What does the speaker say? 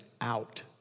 out